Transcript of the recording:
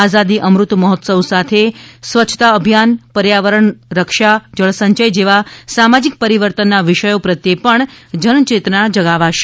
આઝાદી અમૃત મહોત્સવ સાથે સ્વસ્છતા અભિયાન પર્યાવરણ રક્ષા જળ સંયથ જેવા સામાજિક પરિવર્તનના વિષયો પ્રત્યે પણ જનચેતના જગાવાશે